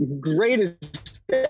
greatest